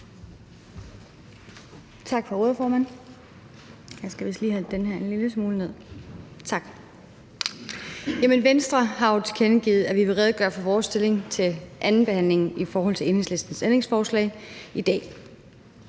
Venstre har jo tilkendegivet, at vi vil redegøre for vores stilling i forhold til Enhedslistens ændringsforslag ved